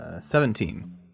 Seventeen